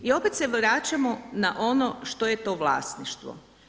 I opet se vraćamo na ono što je to vlasništvo.